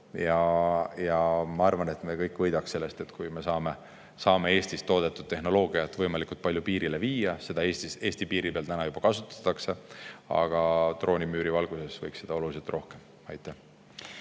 Ma arvan, et me kõik võidaks sellest, kui me saaksime Eestis toodetud tehnoloogiat võimalikult palju piirile viia. Seda Eesti piiri peal juba kasutatakse, aga droonimüüri valguses võiks seda seal olla oluliselt rohkem. Aivar